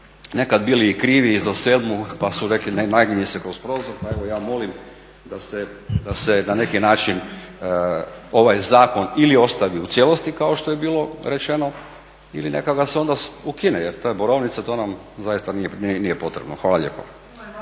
neka bili krivi i za sedmu pa su rekli ne naginji se kroz prozor, pa evo ja molim da se na neki način ovaj zakon ili ostavi u cijelosti kao što je bilo rečeno ili neka ga se onda ukine jer ta borovnica to nam zaista nije potrebno. Hvala lijepa.